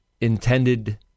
intended